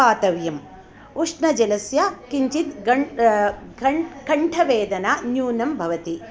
पातव्यं उष्णजलस्य किञ्चित् कन्ठवेदना न्यूनं भवति